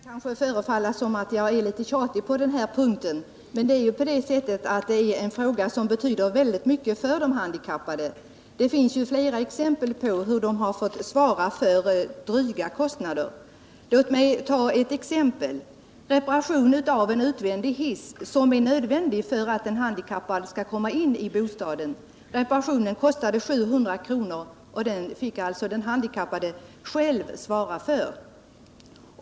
Herr talman! Det kan förefalla som om jag är litet tjatig på denna punkt, men detta är en fråga som betyder väldigt mycket för de handikappade. Det finns flera exempel på hur de fått svara för dryga kostnader. Låt mig ta ett exempel, som gäller reparation av en utvändig hiss, nödvändig för att en handikappad skall komma in i sin bostad. Reparationen kostade 700 kr., och den utgiften fick den handikappade själv svara för.